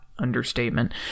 understatement